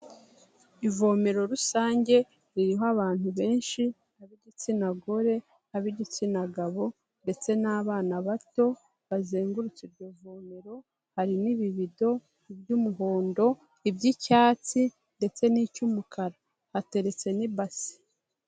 Ivomero rusange ririho abantu benshi ab'igitsina gore, ab'igitsina gabo ndetse n'abana bato bazengurutse iryo vomero, hari n'ibibido iby'umuhondo, iby'icyatsi ndetse n'icy'umukara, hateretse n'ibase.